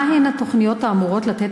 ברצוני לשאול: מה הן התוכניות האמורות לתת